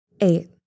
Eight